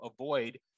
avoid